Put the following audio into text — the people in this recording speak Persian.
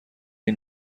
این